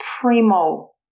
primo